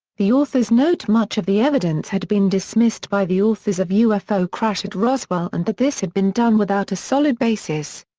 the authors note much of the evidence had been dismissed by the authors of ufo crash at roswell and that this had been done without a solid basis.